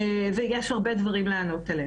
ויש הרבה על מה לענות.